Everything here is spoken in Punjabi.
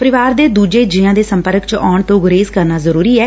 ਪਰਿਵਾਰ ਦੇ ਦੁਜੇ ਜੀਤਾਂ ਦੇ ਸੰਪਰਕ ਚ ਆਉਣ ਨਾਲ ਗੁਰੇਜ਼ ਕਰਨਾ ਜ਼ਰੁਰੀ ਐ